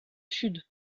sud